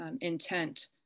intent